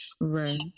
right